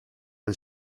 and